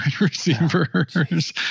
receivers